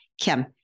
Kim